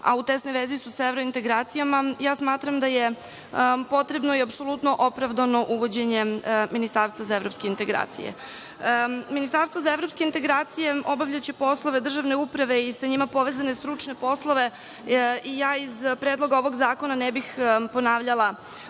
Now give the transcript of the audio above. a u tesnoj vezi su sa evrointegracijama, smatram da je potrebno i apsolutno opravdano uvođenje ministarstva za evropske integracije. Ministarstvo za evropske integracije obavljaće poslove državne uprave i sa njima povezane stručne poslove i ja iz Predloga ovog zakona ne bih ponavljala